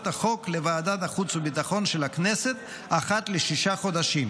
החוק לוועדת החוץ והביטחון של הכנסת אחת לשישה חודשים,